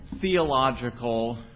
theological